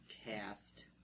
Cast